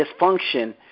dysfunction